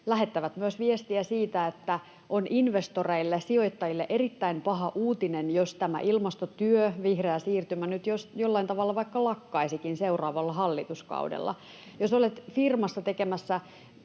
lähettävät myös viestiä siitä, että on investoreille, sijoittajille, erittäin paha uutinen, jos tämä ilmastotyö, vihreä siirtymä nyt jollain tavalla vaikka lakkaisikin seuraavalla hallituskaudella. Jos olet firmassa tekemässä